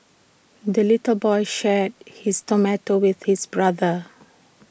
the little boy shared his tomato with his brother